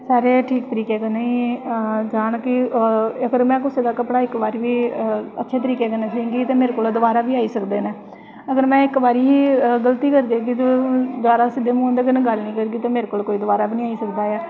सारे ठीक करियै जान कि अगर में कुसे दा कपड़ा इक बारी बी अच्छे तरीके कन्नै सिलगी ते मेरे कोल दबारा बी आई सकदे नै अगर में गल्ती करी देगी ते दबारा सिद्धे मुहैं उं'दे कन्नै गल्ल निं करगी ते मेरे कोल कोई दबारा बी निं आई सकदा ऐ